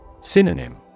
Synonym